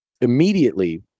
immediately